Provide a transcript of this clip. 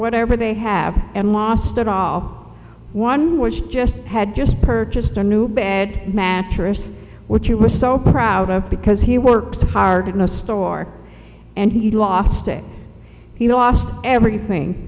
whatever they have and lost it all one which just had just purchased a new bed mattress which you were so proud of because he works hard in a store and he lost it he lost everything